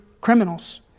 criminals